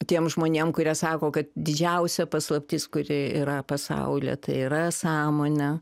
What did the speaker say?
tiem žmonėm kurie sako kad didžiausia paslaptis kuri yra pasaulyje tai yra sąmonė